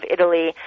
Italy